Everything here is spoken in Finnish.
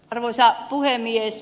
arvoisa puhemies